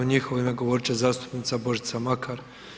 U njihovo ime govorit će zastupnica Božica Makar.